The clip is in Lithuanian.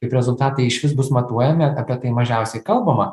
kaip rezultatai išvis bus matuojami apie tai mažiausiai kalbama